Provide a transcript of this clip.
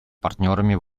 партнерами